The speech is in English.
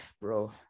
bro